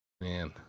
Man